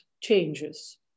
changes